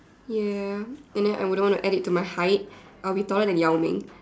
ya and then I wouldn't add it to my height I'll be taller than Yao-Ming